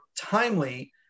timely